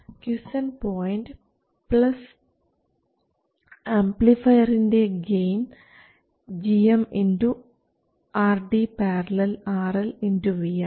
quiescent point plus ആംപ്ലിഫയറിൻറെ gain gm RD ║ RL vi